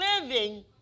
living